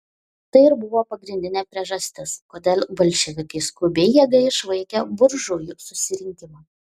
tai ir buvo pagrindinė priežastis kodėl bolševikai skubiai jėga išvaikė buržujų susirinkimą